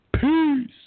peace